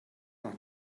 noch